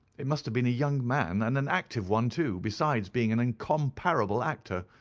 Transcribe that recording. it must have been a young man, and an active one, too, besides being an incomparable actor.